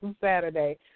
Saturday